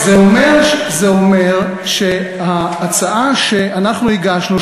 זה אומר שההצעה שאנחנו הגשנו,